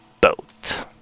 boat